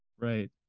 Right